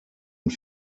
und